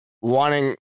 wanting